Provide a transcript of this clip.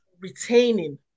retaining